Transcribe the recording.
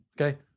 okay